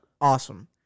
awesome